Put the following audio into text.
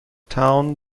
town